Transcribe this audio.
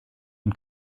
und